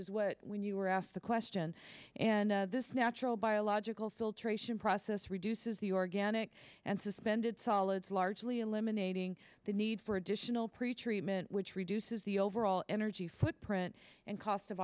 is what when you were asked the question and this natural biological filtration process reduces the organic and suspended solids largely eliminating the need for additional pretreatment which reduces the overall energy footprint and cost of